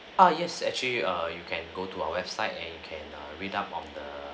ah yes actually err you can go to our website and you can err read out on the